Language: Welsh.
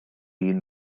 fin